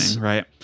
right